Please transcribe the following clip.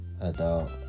adult